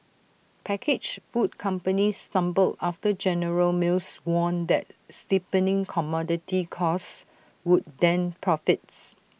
packaged food companies stumbled after general mills warned that steepening commodity costs would dent profits